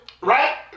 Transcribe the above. right